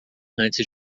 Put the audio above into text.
antes